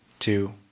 Two